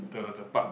the the park